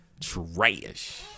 Trash